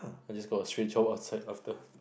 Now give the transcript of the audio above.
I just got a straight job outside after